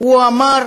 הוא אמר